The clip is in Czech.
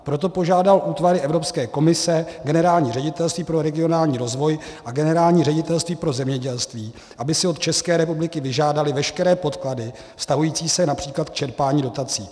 Proto požádal útvary Evropské komise, Generální ředitelství pro regionální rozvoj a Generální ředitelství pro zemědělství, aby si od České republiky vyžádaly veškeré podklady vztahující se např. k čerpání dotací.